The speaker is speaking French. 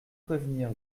prévenir